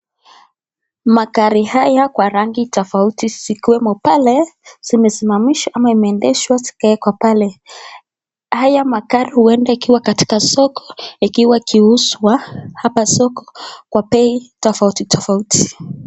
Magari haya kwa rangi tofauti zikiwemo pale zimesimamishwa ama zimeendeshwa zikawekwa pale haya magari huenda ikiwa katika soko ikiwa ikiuzwa hapa soko kwa bei tofauti tofauti.